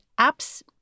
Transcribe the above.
apps